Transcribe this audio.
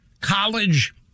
college